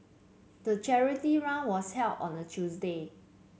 the charity run was held on a Tuesday